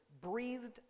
breathed